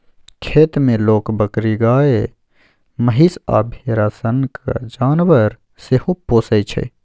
खेत मे लोक बकरी, गाए, महीष आ भेरा सनक जानबर सेहो पोसय छै